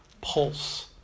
pulse